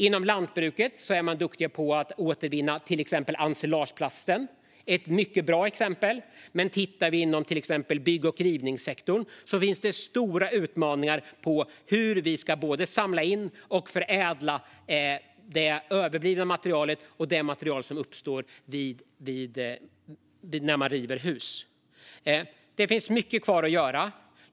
Inom lantbruket är man duktig på att återvinna till exempel ensilageplasten; detta är ett mycket bra exempel. Men inom till exempel bygg och rivningssektorn finns det stora utmaningar när det gäller hur vi ska samla in och förädla det överblivna materialet och det material som uppstår när man river hus. Det finns mycket kvar att göra.